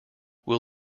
will